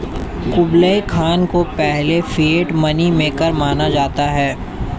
Kublai Khan को पहले fiat money maker माना जाता है